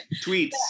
tweets